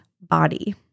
body